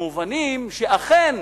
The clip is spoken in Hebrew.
במובנים שאכן